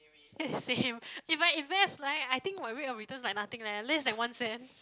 eh same if I invest like I think my rate of returns like nothing leh less than one cents